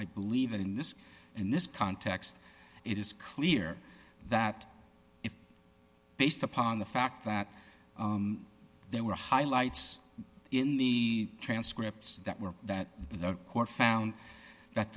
i believe that in this in this context it is clear that based upon the fact that there were highlights in the transcripts that were that the court found that